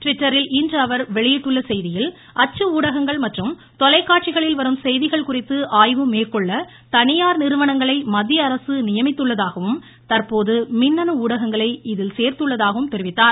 ட்விட்டரில் இன்று அவர் வெளியிட்டுள்ள செய்தியில் அச்சு ஊடகங்கள் மற்றும் தொலைக்காட்சிகளில் வரும் செய்திகள் குறித்து ஆய்வு மேற்கொள்ள தனியார் நிறுவனங்களை மத்தியஅரசு நியமித்துள்ளதாகவும் தற்போது மின்னணு ஊடகங்களை இதில் சேர்த்துள்ளதாகவும் அவர் தெரிவித்தார்